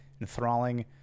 enthralling